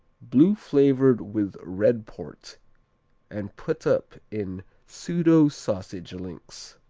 blue flavored with red port and put up in pseudo-sausage links.